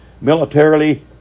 Militarily